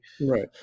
right